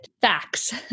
facts